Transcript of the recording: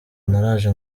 naraje